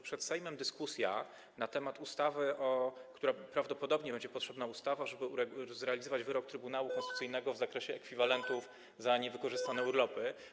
Przed Sejmem dyskusja na temat ustawy, która prawdopodobnie będzie potrzebna, żeby zrealizować wyrok Trybunału Konstytucyjnego w zakresie ekwiwalentu za niewykorzystane urlopy.